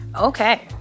Okay